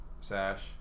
sash